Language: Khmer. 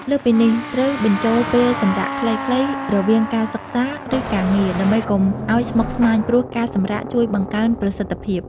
លើសពីនេះ ត្រូវបញ្ចូលពេលសម្រាកខ្លីៗរវាងការសិក្សា ឬការងារ ដើម្បីកុំឲ្យស្មុគស្មាញ ព្រោះការសម្រាកជួយបង្កើនប្រសិទ្ធភាព។